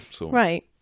Right